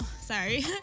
Sorry